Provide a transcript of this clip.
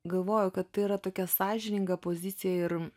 galvoju kad tai yra tokia sąžininga pozicija ir